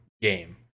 game